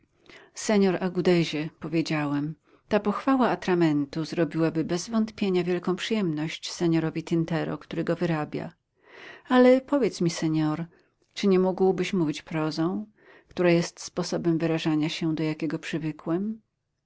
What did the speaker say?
odparł senor agudezie powiedziałem ta pochwała atramentu zrobiłaby bez wątpienia wielką przyjemność senorowi tintero który go wyrabia ale powiedz mi senor czy nie mógłbyś mówić prozą która jest sposobem wyrażania się do jakiego